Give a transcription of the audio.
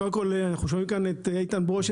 קודם כל, אנחנו שומעים כאן את איתן ברוש.